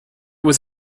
was